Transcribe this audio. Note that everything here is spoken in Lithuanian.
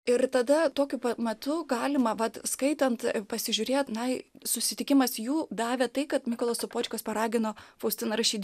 ir tada tokiu pat metu galima vat skaitant pasižiūrėti nai susitikimas jų davė tai kad mykolo sopočkos paragino faustina rašyt